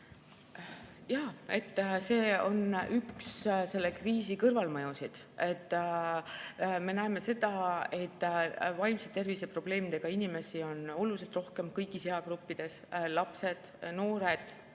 Jah, see on üks selle kriisi kõrvalmõjusid. Me näeme seda, et vaimse tervise probleemidega inimesi on oluliselt rohkem kõigis eagruppides: lapsed, noored,